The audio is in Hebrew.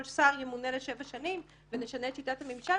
שר ימונה לשבע שנים ונשנה את שיטת הממשלה,